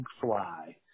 fly